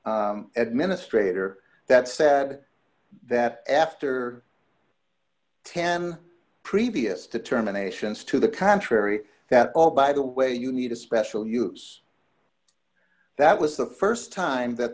administrator that said that after ten previous determinations to the contrary that all by the way you need a special use that was the st time that